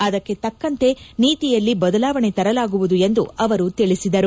ಅದಕ್ಕೆ ತಕ್ಕಂತೆ ನೀತಿಯಲ್ಲಿ ಬದಲಾವಣೆ ತರಲಾಗುವುದು ಎಂದು ಅವರು ತಿಳಿಸಿದರು